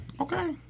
Okay